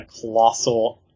colossal